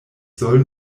soll